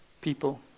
people